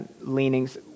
leanings